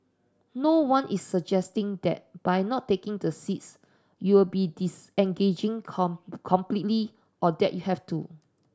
no one is suggesting that by not taking the seats you will be disengaging completely or that you have to